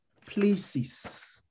Places